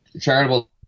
charitable